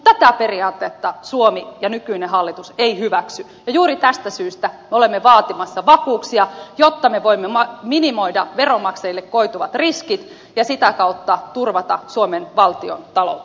mutta tätä periaatetta suomi ja nykyinen hallitus ei hyväksy ja juuri tästä syystä me olemme vaatimassa vakuuksia jotta me voimme minimoida veronmaksajille koituvat riskit ja sitä kautta turvata suomen valtion taloutta